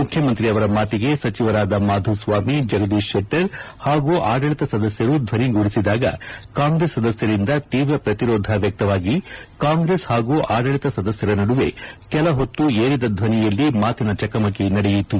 ಮುಖ್ಯಮಂತ್ರಿ ಅವರ ಮಾತಿಗೆ ಸಚಿವರಾದ ಮಾಧುಸ್ವಾಮಿ ಜಗದೀಶ್ ಶೆಟ್ಟರ್ ಹಾಗೂ ಆಡಳಿತ ಸದಸ್ಯರು ಧ್ವನಿಗೂಡಿಸಿದಾಗ ಕಾಂಗ್ರೆಸ್ ಸದಸ್ಯರಿಂದ ತೀವ್ರ ಪ್ರತಿರೋಧ ವ್ಯಕ್ತವಾಗಿ ಕಾಂಗ್ರೆಸ್ ಹಾಗೂ ಆಡಳಿತ ಸದಸ್ಯರ ನಡುವೆ ಕೆಲಹೊತ್ತು ಏರಿದ ಧ್ವನಿಯಲ್ಲಿ ಮಾತಿನ ಚಕಮಕಿ ನಡೆಯಿತು